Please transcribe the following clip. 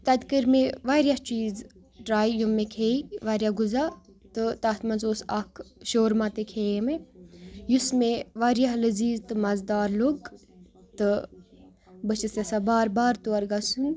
تَتہِ کٔر مےٚ واریاہ چیٖز ٹرٛے یِم مےٚ کھیٚے واریاہ غذا تہٕ تَتھ منٛز اوس اَکھ شورما تہِ کھیٚیے مےٚ یُس مےٚ واریاہ لٔزیٖز تہٕ مَزٕدار لوٚگ تہٕ بہٕ چھَس یَژھان بار بار تور گَژھُن